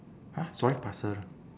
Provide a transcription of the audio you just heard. !huh! sorry pasir